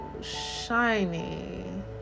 shiny